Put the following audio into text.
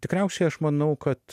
tikriausiai aš manau kad